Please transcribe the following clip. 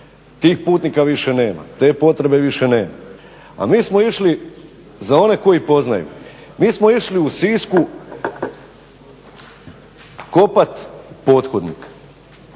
tih putnika više nema, te potrebe više nema. A mi smo išli za one koji poznaju, mi smo išli u Sisku kopati pothodnik,